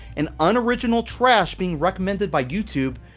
and unoriginal trash being recommended by youtube,